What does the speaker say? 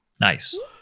Nice